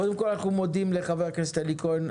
קודם כול אנחנו מודים לחבר הכנסת אלי כהן,